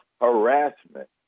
harassment